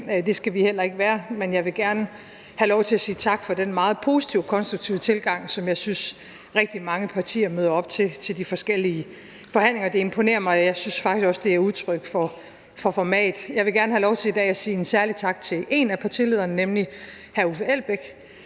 det skal vi heller ikke være, men jeg vil gerne have lov til at sige tak for den meget positive og konstruktive tilgang, som jeg synes rigtig mange partier møder op til de forskellige forhandlinger med. Det imponerer mig, og jeg synes faktisk også, det er udtryk for format. Jeg vil gerne have lov til i dag at sige en særlig tak til en af partilederne, nemlig hr. Uffe Elbæk,